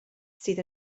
sydd